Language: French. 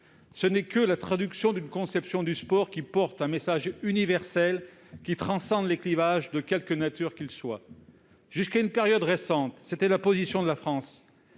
Ce n'est que la traduction d'une conception du sport qui porte un message universel transcendant les clivages, de quelque nature qu'ils soient. Jusqu'à une période récente, c'était la position de la France